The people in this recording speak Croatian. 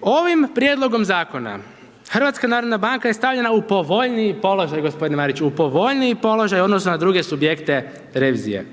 Ovim prijedlogom zakona HNB je stavljena u povoljniji položaj gospodine Mariću, u povoljniji položaj u odnosu na druge subjekte revizije.